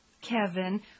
Kevin